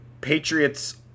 Patriots